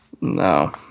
No